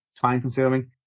time-consuming